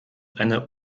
eine